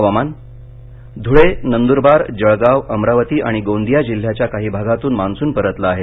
हवामान ध्रळे नंदूरबार जळगाव अमरावती आणि गोंदिया जिल्ह्याच्या काही भागातून मान्सून परतला आहे